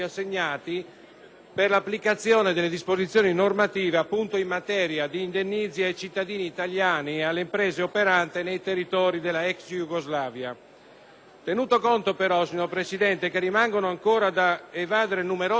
per l'applicazione delle disposizioni normative in materia di indennizzi ai cittadini italiani e alle imprese operanti nei territori della ex Jugoslavia. Tenuto conto però, signor Presidente, che rimangono ancora da evadere numerose richieste